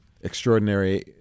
extraordinary